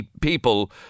people